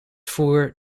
voer